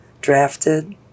drafted